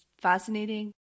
fascinating